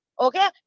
okay